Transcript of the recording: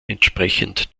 entsprechend